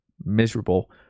miserable